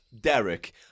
Derek